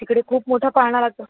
तिकडे खूप मोठा पाळणा लागतो